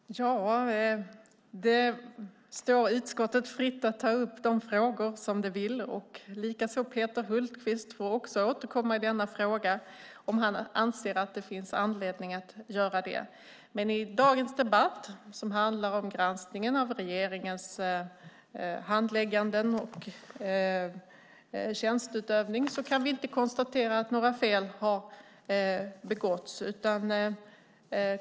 Herr talman! Det står utskottet fritt att ta upp de frågor det vill. Likaså får Peter Hultqvist återkomma i denna fråga om han anser att det finns anledning att göra det. I dagens debatt, som handlar om granskningen av regeringens handläggning och tjänsteutövning, kan vi dock inte konstatera att några fel har begåtts.